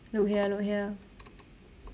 look here look here